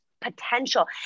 potential